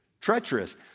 Treacherous